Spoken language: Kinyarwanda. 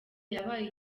yabaye